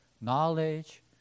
knowledge